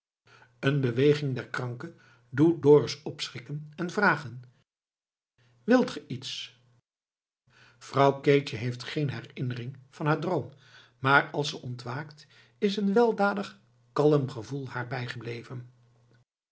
een beweging der kranke doet dorus opschrikken en vragen wilt ge iets vrouw keetje heeft geen herinnering van haar droom maar als ze ontwaakt is een weldadig kalm gevoel haar bijgebleven